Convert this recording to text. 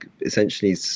essentially